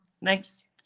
next